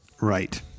Right